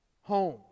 home